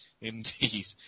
Indeed